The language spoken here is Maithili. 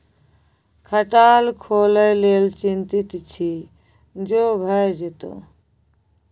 खटाल खोलय लेल चितिंत छी जो भए जेतौ